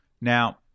Now